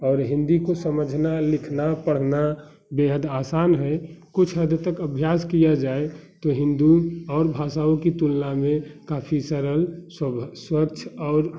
और हिन्दी को समझना लिखना पढ़ना बेहद आसान है कुछ हद तक अभ्यास किया जाए तो हिंदी और भाषाओं की तुलना में काफ़ी सरल स्वच्छ और